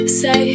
say